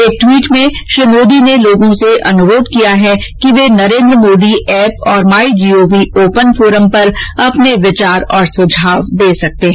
एक ट्वीट में श्री मोदी ने लोगों से अनुरोध किया है कि वे नरेन्द्र मोदी एप और my G O V open forum पर अपने विचार और सुझाव दे सकते हैं